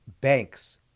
banks